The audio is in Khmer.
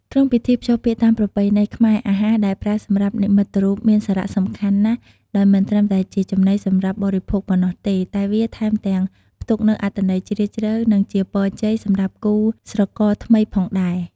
ក្នុងពិធីភ្ជាប់ពាក្យតាមប្រពៃណីខ្មែរ អាហារដែលប្រើសម្រាប់និមិត្តរូបមានសារៈសំខាន់ណាស់ដោយមិនត្រឹមតែជាចំណីសម្រាប់បរិភោគប៉ុណ្ណោះទេ តែវាថែមទាំងផ្ទុកនូវអត្ថន័យជ្រាលជ្រៅ និងជាពរជ័យសម្រាប់គូស្រករថ្មីផងដែរ។